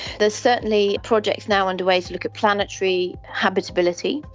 there are certainly projects now underway to look at planetary habitability,